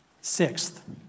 Sixth